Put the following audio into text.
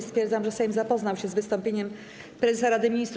Stwierdzam, że Sejm zapoznał się z wystąpieniem prezesa Rady Ministrów.